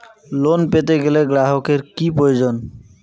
Loan পেতে গেলে গ্রাহকের কি প্রয়োজন?